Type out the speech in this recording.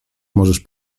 możesz